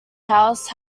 house